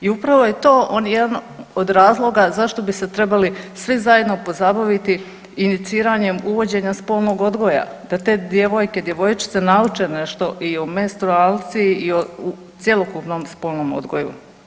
I upravo je to jedan od razloga zašto bi se trebali svi zajedno pozabaviti iniciranjem uvođenja spolnog odgoja, da te djevojke, djevojčice nauče nešto i o menstruaciji i cjelokupnom spolnom odgoju.